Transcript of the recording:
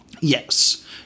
Yes